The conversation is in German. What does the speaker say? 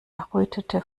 errötete